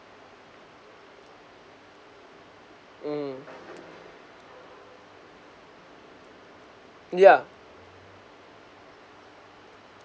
mm yeah